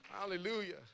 Hallelujah